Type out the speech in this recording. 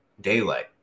daylight